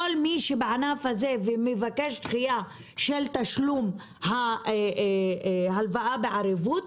כל מי שבענף הזה ומבקש דחייה של תשלום ההלוואה בערבות,